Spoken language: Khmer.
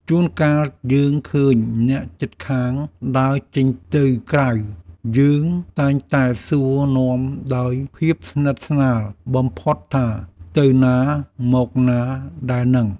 ជួនកាលយើងឃើញអ្នកជិតខាងដើរចេញទៅក្រៅ យើងតែងតែសួរនាំដោយភាពស្និទ្ធស្នាលបំផុតថាទៅណាមកណាដែរហ្នឹង។